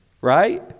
right